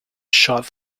shot